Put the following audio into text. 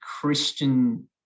Christian